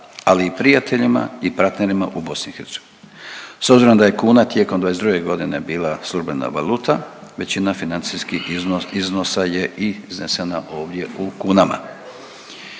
ali i prijateljima i partnerima u BiH. S obzirom da je kuna tijekom 2022. g. bila službena valuta, većina financijskih iznosa je i iznesena ovdje u kunama.